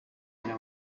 igira